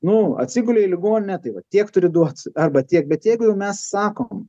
nu atsigulei į ligoninę tai va tiek turi duot arba tiek bet jeigu jau mes sakom